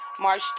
March